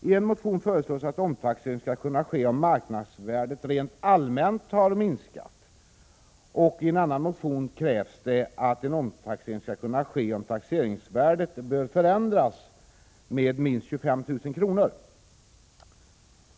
I en motion föreslås att omtaxering skall kunna ske om marknadsvärdet rent allmänt har minskat, och i en annan motion krävs att en omtaxering skall kunna ske om taxeringsvärdet bör förändras med minst 25 000 kr.